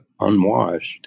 unwashed